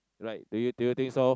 right do you do you think so